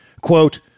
quote